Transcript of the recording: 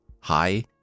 hi